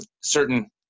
certain